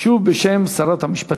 שנייה ושלישית.